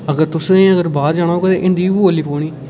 अगर तुसेंगी अगर बाह्र जाना पवै तां हिंदी बी बोलनी पौनी